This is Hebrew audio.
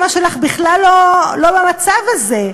אימא שלך בכלל לא במצב הזה.